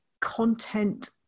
content